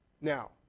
Now